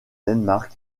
danemark